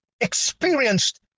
experienced